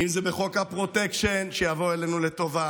אם זה בחוק הפרוטקשן שיבוא אלינו לטובה,